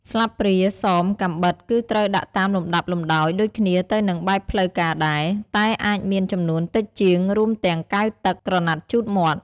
ស្លាបព្រា សម កាំបិត គឺត្រូវដាក់តាមលំដាប់លំដោយដូចគ្នាទៅនឹងបែបផ្លូវការដែរ តែអាចមានចំនួនតិចជាង រួមទាំងកែវទឹក ក្រណាត់ជូតមាត់។